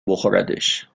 بخوردش